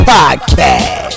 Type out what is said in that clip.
Podcast